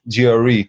GRE